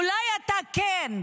אולי אתה כן,